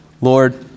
Lord